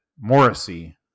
Morrissey